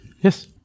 Yes